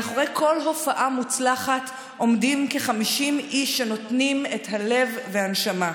מאחורי כל הופעה מוצלחת עומדים כ-50 איש שנותנים את הלב והנשמה,